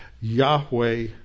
Yahweh